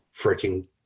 freaking